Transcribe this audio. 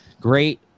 Great